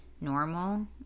normal